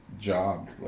job